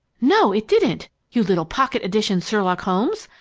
no, it didn't, you little pocket-edition sherlock holmes!